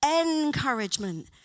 encouragement